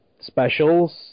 specials